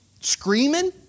Screaming